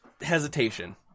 hesitation